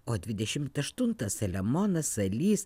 o dvidešimt aštuntą saliamonas salys